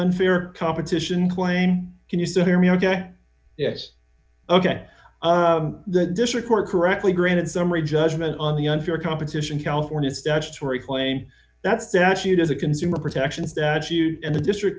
unfair competition claim can you still hear me ok yes ok the district court correctly granted summary judgment on the unfair competition california statutory claim that statute as a consumer protection statute and the district